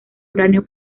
uranio